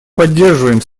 поддерживаем